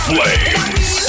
Flames